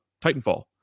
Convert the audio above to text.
Titanfall